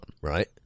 right